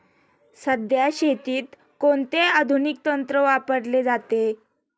सध्या शेतीत कोणते आधुनिक तंत्र वापरले जाते?